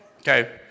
Okay